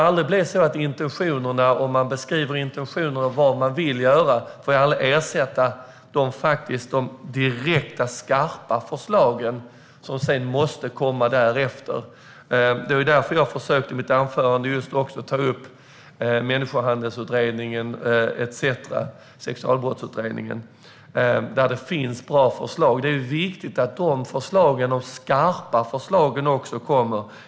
Men intentionerna och beskrivningarna av vad man vill göra får aldrig ersätta de direkta, skarpa förslag som måste komma därefter. Det var därför jag i mitt anförande försökte ta upp Människohandelsutredningen och Sexualbrottsutredningen, där det finns bra förslag. Det är viktigt att de skarpa förslagen också kommer.